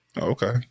Okay